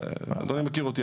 אדוני מכיר אותי,